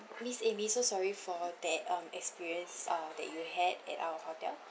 miss amy so sorry for that um experience uh that you had at our hotel